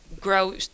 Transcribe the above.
grow